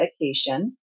medication